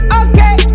okay